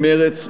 מרצ,